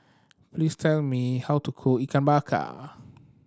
please tell me how to cook Ikan Bakar